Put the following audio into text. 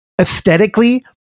aesthetically